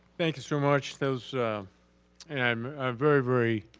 thank you so much. those and i'm ah very, very